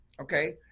okay